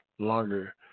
longer